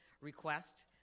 request